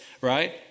right